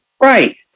Right